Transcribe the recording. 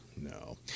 no